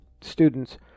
students